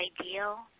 ideal